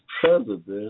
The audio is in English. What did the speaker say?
president